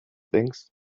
things